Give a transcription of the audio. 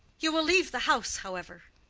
you will leave the house, however,